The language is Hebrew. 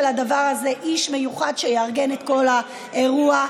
הדבר הזה איש מיוחד שיארגן את כל האירוע.